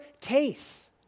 case